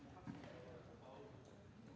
Merci,